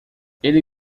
ele